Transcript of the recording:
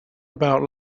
about